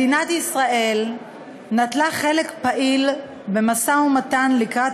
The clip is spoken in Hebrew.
מדינת ישראל נטלה חלק פעיל במשא-ומתן לקראת